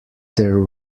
there